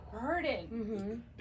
burden